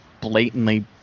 blatantly